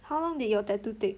how long did your tattoo take